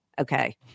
Okay